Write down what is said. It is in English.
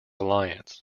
alliance